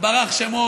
יתברך שמו,